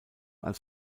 als